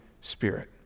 Spirit